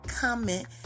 comment